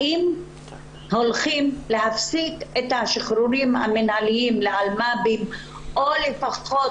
האם הולכים להפסיק את השחרורים המינהליים לאסירי אלמ"ב או לפחות